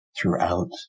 throughout